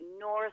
north